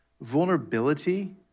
Vulnerability